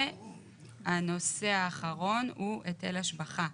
הנושא האחרון הוא היטל השבחה.